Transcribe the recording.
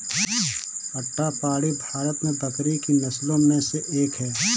अट्टापडी भारत में बकरी की नस्लों में से एक है